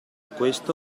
questa